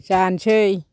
जानोसै